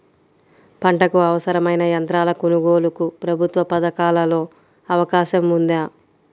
పంటకు అవసరమైన యంత్రాల కొనగోలుకు ప్రభుత్వ పథకాలలో అవకాశం ఉందా?